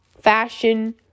fashion